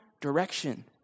direction